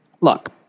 look